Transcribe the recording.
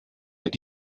mit